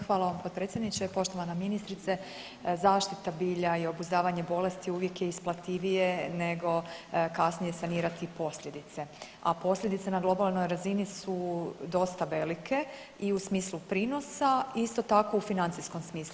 Hvala vam potpredsjedniče, poštovana ministrice zaštita bilja i obuzdavanje bolesti uvijek je isplativije nego kasnije sanirati posljedice, a posljedice na globalnoj razini su dosta velike i u smislu prinosa, isto tako u financijskom smislu.